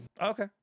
Okay